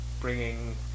bringing